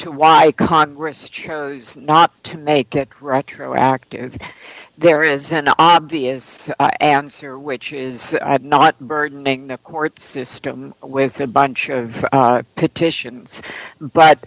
to why congress chose not to make it retroactive there is no obvious answer which is not burdening the court system with a bunch of petitions but